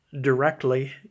directly